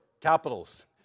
capitals